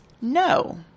no